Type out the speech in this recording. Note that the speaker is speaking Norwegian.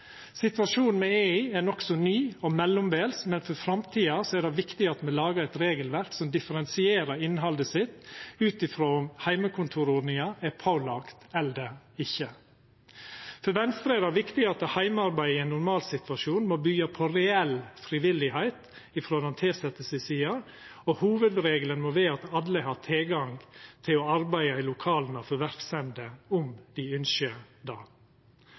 Situasjonen me er i, er nokså ny og mellombels, men for framtida er det viktig at me lagar eit regelverk som differensierer innhaldet sitt ut frå om heimekontorordninga er pålagd eller ikkje. For Venstre er det viktig at heimearbeidet i ein normalsituasjon må byggja på reell frivilligheit frå den tilsette si side, og hovudregelen må vera at alle har tilgang til å arbeida i lokala for verksemda om dei ynskjer det.